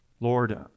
Lord